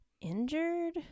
injured